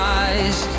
eyes